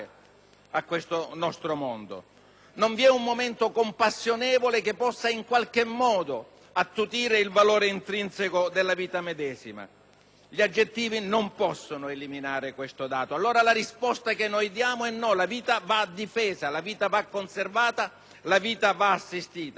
non vi è un momento compassionevole che possa in qualche modo attutire il valore intrinseco della vita medesima. Gli aggettivi non possono eliminare questo dato. Allora, la risposta che diamo è no, perché la vita va difesa, conservata ed assistita.